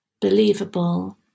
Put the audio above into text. believable